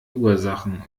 ursachen